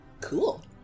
Cool